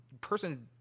person